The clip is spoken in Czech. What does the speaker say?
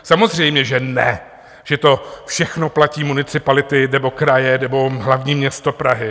Samozřejmě že ne, že to všechno platí municipality nebo kraje nebo hlavní město Praha.